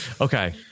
Okay